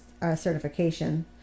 certification